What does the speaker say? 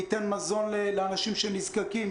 ייתן מזון לאנשים שנזקקים,